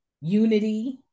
unity